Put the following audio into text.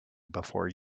before